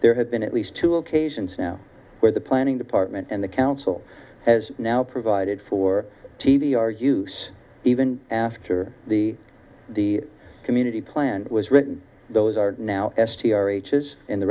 there have been at least two occasions now where the planning department and the council has now provided for t v our use even after the the community plan was written those are now s t r aitches in the